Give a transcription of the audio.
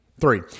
Three